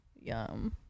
Yum